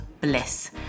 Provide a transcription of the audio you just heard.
Bliss